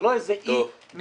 זה לא איזה אי נפרד.